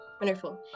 Wonderful